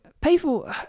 people